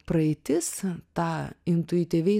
praeitis tą intuityviai